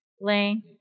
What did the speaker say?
Lane